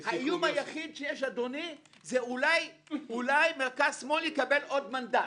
האיום היחיד שיש זה אולי שמרכז-שמאל יקבל עוד מנדט.